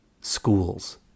schools